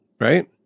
Right